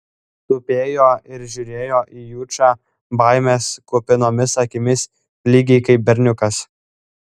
tupėjo ir žiūrėjo į jučą baimės kupinomis akimis lygiai kaip berniukas